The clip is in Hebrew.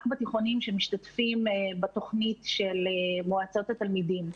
בתיכונים שמשתתפים בתוכנית של מועצות התלמידים.